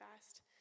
fast